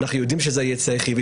אנחנו יודעים שזה יצא חיובי.